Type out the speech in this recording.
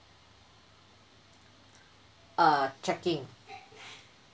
err trekking